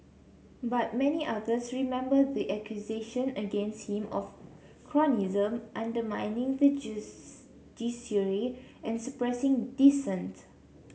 but many others remember the accusation against him of cronyism undermining the judiciary and suppressing dissent